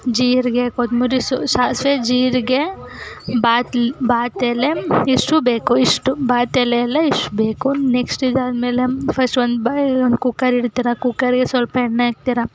ಜೀರಿಗೆ ಕೊತ್ತಂಬ್ರಿ ಸೊ ಸಾಸಿವೆ ಜೀರಿಗೆ ಬಾತ್ಲೆ ಬಾತು ಎಲೆ ಇಷ್ಟು ಬೇಕು ಇಷ್ಟು ಬಾತು ಎಲೆಯಲ್ಲೇ ಇಷ್ಟು ಬೇಕು ನೆಕ್ಸ್ಟ್ ಇದಾದ್ಮೇಲೆ ಫಸ್ಟ್ ಒಂದು ಬಯ್ ಒಂದು ಕುಕ್ಕರ್ ಇಡ್ತೀರ ಕುಕ್ಕರಿಗೆ ಸ್ವಲ್ಪ ಎಣ್ಣೆ ಹಾಕ್ತೀರ